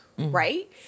Right